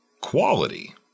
quality